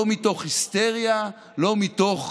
לא מתוך היסטריה, לא מתוך